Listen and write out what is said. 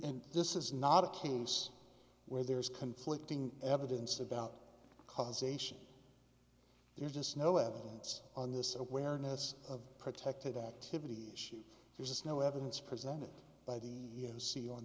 and this is not a case where there is conflicting evidence about causation there's just no evidence on this awareness of protected activities there's just no evidence presented by the sea on